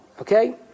Okay